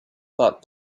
thought